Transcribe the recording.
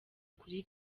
kuri